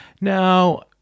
Now